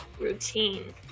routine